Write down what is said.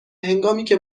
هنگامیکه